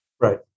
Right